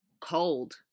Cold